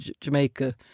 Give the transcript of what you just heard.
Jamaica